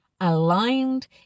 aligned